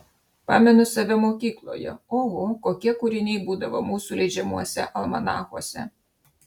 pamenu save mokykloje oho kokie kūriniai būdavo mūsų leidžiamuose almanachuose